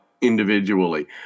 individually